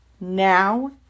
Now